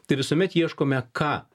tai visuomet ieškome ką